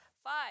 Five